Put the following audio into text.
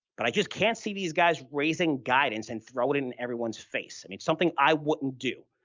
but i just can't see these guys raising guidance and throwing it in everyone's face. i mean, it's something i wouldn't do.